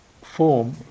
form